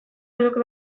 eduki